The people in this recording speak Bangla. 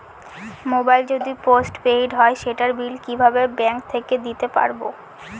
মোবাইল যদি পোসট পেইড হয় সেটার বিল কিভাবে ব্যাংক থেকে দিতে পারব?